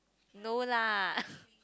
no lah